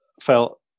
felt